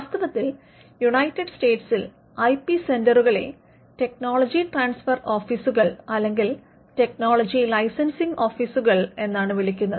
വാസ്തവത്തിൽ യുണൈറ്റഡ് സ്റ്റേറ്റ്സിൽ ഐപി സെന്ററുകളെ ടെക്നോളജി ട്രാൻസ്ഫർ ഓഫീസുകൾ അല്ലെങ്കിൽ ടെക്നോളജി ലൈസൻസിംഗ് ഓഫീസുകൾ എന്നാണ് വിളിക്കുന്നത്